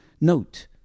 Note